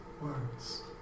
words